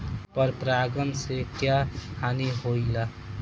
पर परागण से क्या हानि होईला?